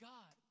God